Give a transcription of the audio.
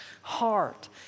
heart